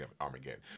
Armageddon